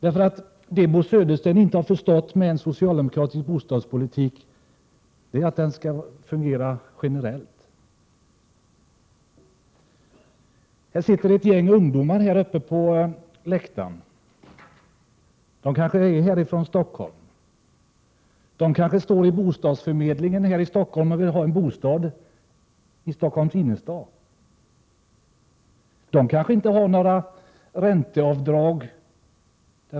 Vad Bo Södersten inte har förstått när det gäller den socialdemokratiska bostadspolitiken är att den skall fungera generellt. Det sitter ett gäng ungdomar på läktaren. De kanske är härifrån Stockholm. De kanske står i kö hos bostadsförmedlingen här i Stockholm och vill ha en bostad i Stockholms innerstad. De kanske inte har några ränteavdrag.